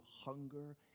hunger